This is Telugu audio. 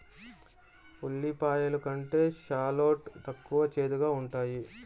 ఉల్లిపాయలు కంటే షాలోట్ తక్కువ చేదుగా ఉంటాయి